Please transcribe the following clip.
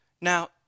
Now